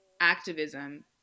activism